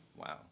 Wow